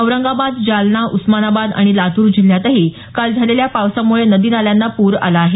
औरंगाबाद जालना उस्मानाबाद आणि लातूर जिल्ह्यातही काल झालेल्या पावसामुळे नदी नाल्यांना पूर आला आहे